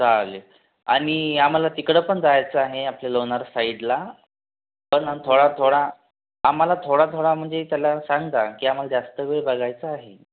चालेल आणी आम्हाला तिकडे पण जायचं आहे आमच्या लोणार साईडला पण थोडा थोडा आम्हाला थोडा थोडा म्हणजे त्याला सांगा की आम्हाला जास्त वेळ बघायचं आहे